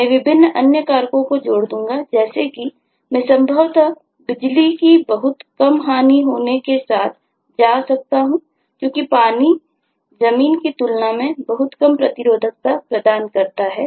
मैं विभिन्न अन्य कारकों को जोड़ दूंगा जैसे कि मैं संभवतः बिजली की बहुत कम हानि के साथ जा सकता हूं क्योंकि पानी जमीन की तुलना में बहुत कम प्रतिरोधकता प्रदान करता है